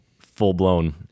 full-blown